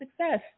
success